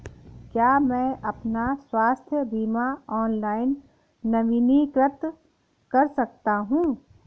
क्या मैं अपना स्वास्थ्य बीमा ऑनलाइन नवीनीकृत कर सकता हूँ?